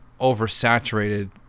oversaturated